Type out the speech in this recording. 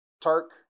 Turk